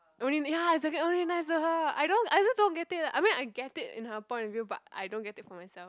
I mean ya exactly only nice to her I don't I just don't get it lah I mean I get it in her point of view but I don't get it for myself